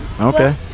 Okay